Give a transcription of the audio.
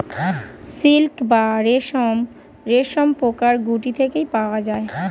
silk বা রেশম রেশমপোকার গুটি থেকে পাওয়া যায়